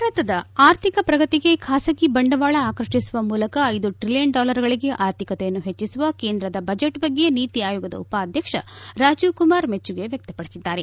ಭಾರತದ ಆರ್ಥಿಕ ಪ್ರಗತಿಗೆ ಖಾಸಗಿ ಬಂಡವಾಳ ಆಕರ್ಷಿಸುವ ಮೂಲಕ ಐದು ಟ್ರಿಲಿಯನ್ ಡಾಲರ್ಗಳಿಗೆ ಅರ್ಥಿಕತೆಯನ್ನು ಹೆಚ್ಚಿಸುವ ಕೇಂದ್ರದ ಬಜೆಟ್ ಬಗ್ಗೆ ನೀತಿ ಆಯೋಗದ ಉಪಾಧ್ಯಕ್ಷ ರಾಜೀವ್ ಕುಮಾರ್ ಮೆಚ್ಚುಗೆ ವ್ಯಕ್ತಪಡಿಸಿದ್ದಾರೆ